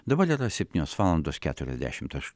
dabar septynios valandos keturiasdešimt aš